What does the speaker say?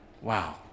Wow